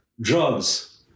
drugs